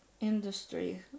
industry